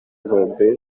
inkombe